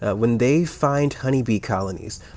ah when they find honeybee colonies,